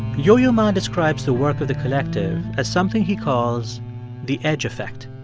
yo-yo ma describes the work of the collective as something he calls the edge effect.